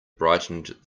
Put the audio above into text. brightened